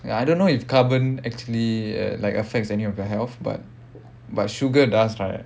ya I don't know if carbon actually uh like affects any of your health but but sugar does right